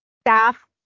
staff